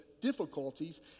difficulties